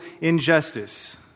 injustice